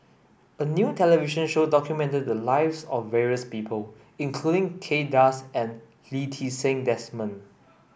a new television show documented the lives of various people including Kay Das and Lee Ti Seng Desmond